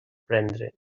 prendre